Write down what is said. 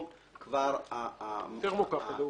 טרמוקפל.